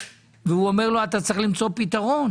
והוא אומר לו אתה צריך למצוא פתרון.